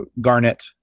Garnet